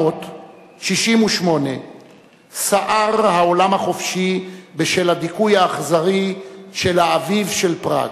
1968 סער העולם החופשי בשל הדיכוי האכזרי של "האביב של פראג".